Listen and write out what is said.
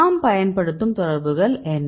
நாம் பயன்படுத்தும் தொடர்புகள் என்ன